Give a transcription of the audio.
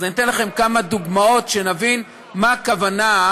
אז אני אתן לכם כמה דוגמאות, שנבין למה הכוונה.